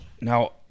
Now